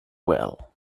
well